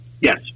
Yes